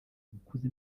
gukuza